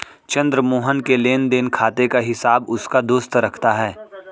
चंद्र मोहन के लेनदेन खाते का हिसाब उसका दोस्त रखता है